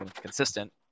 consistent